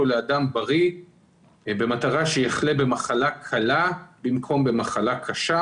לאדם בריא במטרה שיחלה במחלה קלה במקום במחלה קשה.